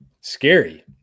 Scary